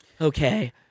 okay